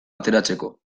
ateratzeko